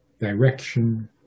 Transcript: direction